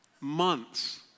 Months